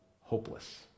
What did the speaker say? hopeless